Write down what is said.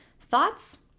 Thoughts